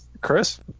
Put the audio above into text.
Chris